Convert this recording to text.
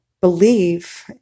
believe